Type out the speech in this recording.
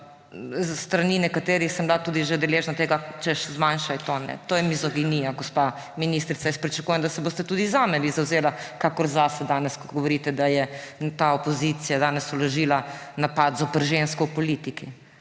S strani nekaterih sem bila tudi že deležna tega, češ, zmanjšaj ton. To je mizoginija. Gospa ministrica, jaz pričakujem, da se boste tudi vi zame zavzeli, kakor ste se zase danes, ko govorite, da je ta opozicija danes vložila napad zoper žensko v politiki.